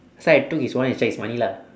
so I took his wallet and check his money lah